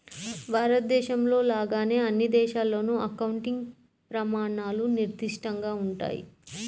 భారతదేశంలో లాగానే అన్ని దేశాల్లోనూ అకౌంటింగ్ ప్రమాణాలు నిర్దిష్టంగా ఉంటాయి